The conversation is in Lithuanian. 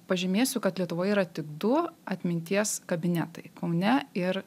pažymėsiu kad lietuvoje yra tik du atminties kabinetai kaune ir